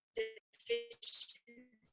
deficiencies